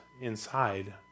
inside